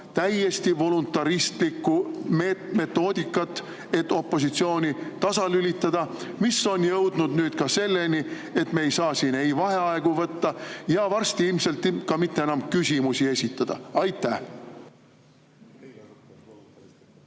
täiesti voluntaristlikku metoodikat, et opositsiooni tasalülitada. Nüüd on see jõudnud selleni, et me ei saa siin vaheaegu võtta ja varsti ilmselt ka mitte enam küsimusi esitada. Jaa,